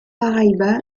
paraíba